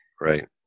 Right